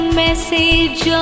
message